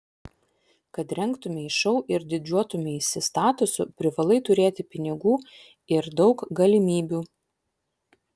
kad rengtumei šou ir didžiuotumeisi statusu privalai turėti pinigų ir daug galimybių